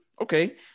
Okay